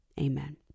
amen